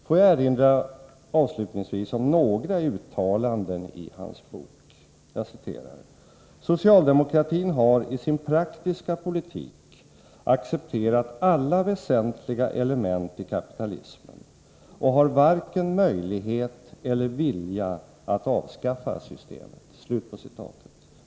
Får jag erinra om några uttalanden i hans bok: Socialdemokratin har ”i sin praktiska politik accepterat alla väsentliga element i kapitalismen och har varken möjlighet eller vilja att avskaffa systemet”.